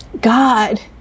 God